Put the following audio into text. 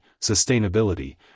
sustainability